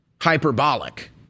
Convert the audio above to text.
hyperbolic